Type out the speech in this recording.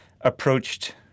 approached